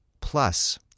Plus